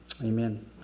Amen